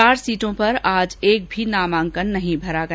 चार सीटों पर आज एक भी नामांकन नहीं भरा गया